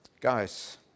Guys